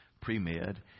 pre-med